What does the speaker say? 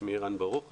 שמי ערן ברוך,